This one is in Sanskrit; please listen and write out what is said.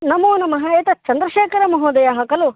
नमोनमः एतत् चन्द्रशेखरमहोदयः खलु